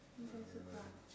so far so far